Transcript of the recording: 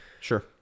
Sure